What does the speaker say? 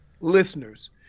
Listeners